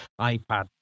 iPad